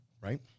right